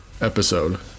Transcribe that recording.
episode